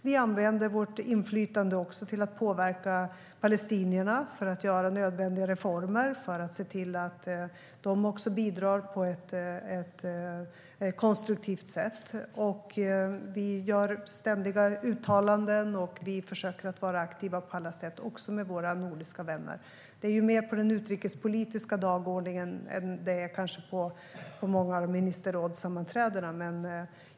Vi använder också vårt inflytande till att påverka palestinierna att genomföra nödvändiga reformer så att de också kan bidra på ett konstruktivt sätt. Vi gör ständiga uttalanden och försöker vara aktiva med våra nordiska vänner. De här frågorna är mer på den utrikespolitiska dagordningen än på dagordningen för ministerrådssammanträdena.